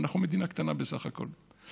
ואנחנו מדינה קטנה בסך הכול.